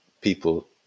people